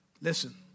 listen